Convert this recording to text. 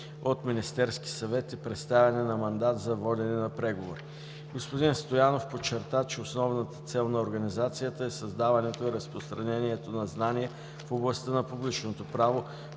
от Министерския съвет и предоставяне на мандат за водене на преговори. Господин Стоянов подчерта, че основната цел на Организацията е създаването и разпространението на знания в областта на публичното право,